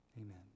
Amen